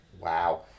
Wow